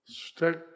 stick